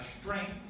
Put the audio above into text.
strength